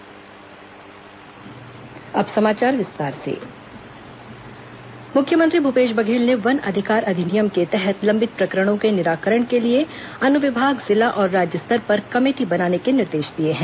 one अधिकार अधिनियम परिचर्चा मुख्यमंत्री भूपेश बधेल ने वन अधिकार अधिनियम के तहत लंबित प्रकरणों के निराकरण के लिए अनुविभाग जिला और राज्य स्तर पर कमेटी बनाने के निर्देश दिए हैं